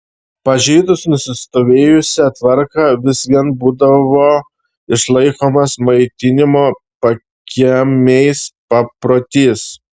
pažeidus nusistovėjusią tvarką vis vien būdavo išlaikomas maitinimo pakiemiais paprotys